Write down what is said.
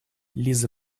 лиза